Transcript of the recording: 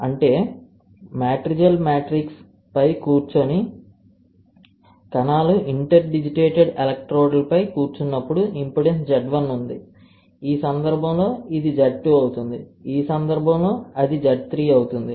అంటే Matrigel matrix పై కూర్చొని కణాలు ఇంటర్డిజిటేటెడ్ ఎలక్ట్రోడ్లపై కూర్చున్నప్పుడు ఇంపెడెన్స్ Z1 ఉంది ఈ సందర్భంలో ఇది Z2 అవుతుంది ఈ సందర్భంలో అది Z3 అవుతుంది